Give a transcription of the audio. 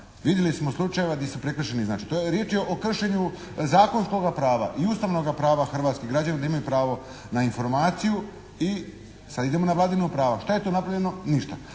Vidjeli smo slučajeva gdje su prekršeni, znači to je riječ je o kršenju zakonskoga prava i Ustavnoga prava, hrvatski građani imaju pravo na informaciju i sad idemo na vladavinu prava. Šta je tu napravljeno? Ništa.